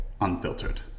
Unfiltered